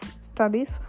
studies